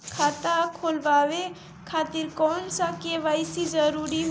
खाता खोलवाये खातिर कौन सा के.वाइ.सी जरूरी होला?